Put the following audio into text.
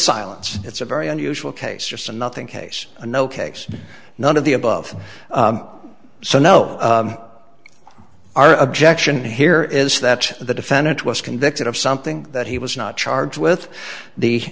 silence it's a very unusual case just a nothing case no case none of the above so no our objection here is that the defendant was convicted of something that he was not charged with the